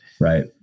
Right